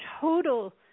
total